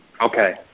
Okay